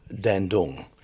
Dandong